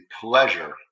pleasure